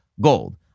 gold